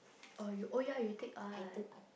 oh you oh ya you take art